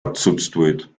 отсутствует